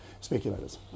speculators